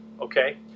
okay